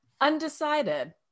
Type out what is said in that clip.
Undecided